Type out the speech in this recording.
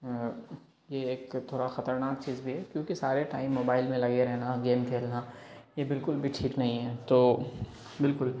یہ ایک تھوڑا خطرناک چیز بھی ہے کیونکہ سارے ٹائم موبائل میں لگے رہنا گیم کھیلنا یہ بالکل بھی ٹھیک نہیں ہے تو بالکل